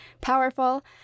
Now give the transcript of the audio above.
powerful